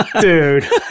Dude